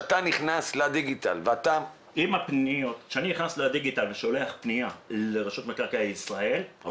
כשאתה נכנס לדיגיטל --- כשאני נכנס לדיגיטל ושולח פניה לרמ"י או